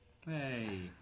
Hey